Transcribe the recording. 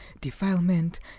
defilement